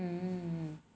hmm